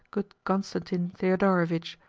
good constantine thedorovitch!